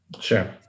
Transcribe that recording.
sure